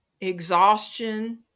exhaustion